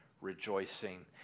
rejoicing